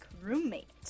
Roommate